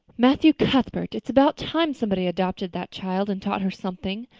matthew cuthbert, it's about time somebody adopted that child and taught her something.